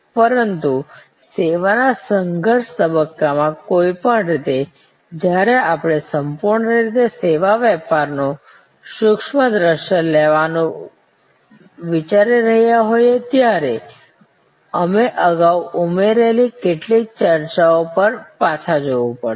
પરંતુ સેવા ના સંઘર્ષ તબક્કા માં કોઈપણ રીતે જ્યારે આપણે સંપૂર્ણ રીતે સેવા વેપાર નું સુક્ષમ દ્રશ્ય લેવાનું વિચારી રહ્યા હોઈએ ત્યારે અમે અગાઉ ઉમેરેલી કેટલીક ચર્ચાઓ પર પાછા જવું પડશે